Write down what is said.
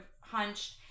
hunched